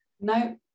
No